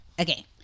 Okay